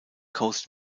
coast